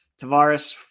Tavares